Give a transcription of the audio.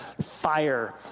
fire